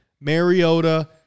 Mariota